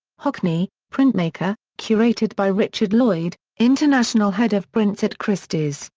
hockney, printmaker', curated by richard lloyd, international head of prints at christie's,